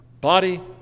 body